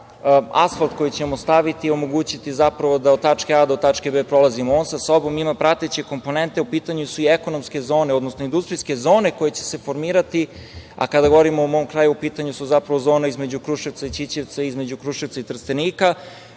asfalt koji ćemo staviti i omogućiti da od tačke A do tačke B prolazimo. On sa sobom ima prateće komponente.U pitanju su i ekonomske zone, odnosno industrijske zone koje će se formirati, a kada govorimo o mom kraju, u pitanju su zapravo zone između Kruševca i Ćićevca, između Kruševca i Trstenika,